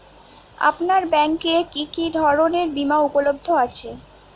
আপনার ব্যাঙ্ক এ কি কি ধরনের বিমা উপলব্ধ আছে?